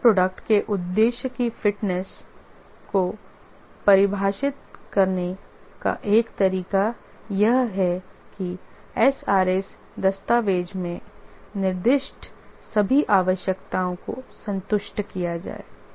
software product के उद्देश्य की फिटनेस को परिभाषित करने का एक तरीका यह है कि एसआरएस दस्तावेज़ में निर्दिष्ट सभी आवश्यकताओं को संतुष्ट किया है